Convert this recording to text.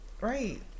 Right